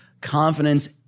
confidence